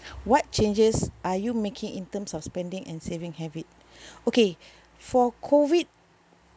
what changes are you making in terms of spending and saving habit okay for COVID